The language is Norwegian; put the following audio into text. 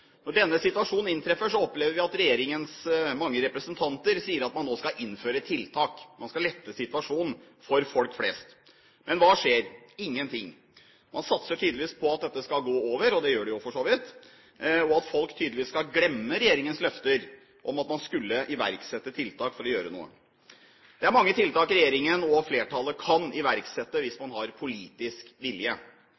Når denne situasjonen inntreffer, opplever vi at regjeringens mange representanter sier at man nå skal innføre tiltak; man skal lette situasjonen for folk flest. Men hva skjer? Ingenting! Man satser tydeligvis på at dette skal gå over – det gjør det jo, for så vidt – og at folk skal glemme regjeringens løfter om at man skulle iverksette tiltak. Det er mange tiltak regjeringen og flertallet kan iverksette hvis